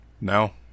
no